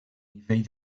nivell